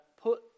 put